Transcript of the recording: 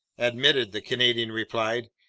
admitted, the canadian replied,